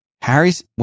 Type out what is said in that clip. Harry's